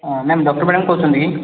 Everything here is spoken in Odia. ହଁ ମ୍ୟାମ୍ ଡକ୍ଟର ମ୍ୟାଡ଼ାମ୍ କହୁଛନ୍ତି କି